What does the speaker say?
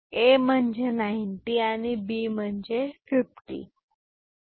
A म्हणजे 90 आणि B म्हणजे 50 आहे